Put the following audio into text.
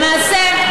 למעשה,